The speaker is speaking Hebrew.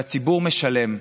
והציבור משלם.